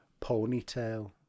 ponytail